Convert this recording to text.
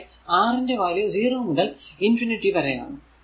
പക്ഷെ R ന്റെ value 0 മുതൽ ഇൻഫിനിറ്റി വരെ ആണ്